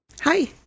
Hi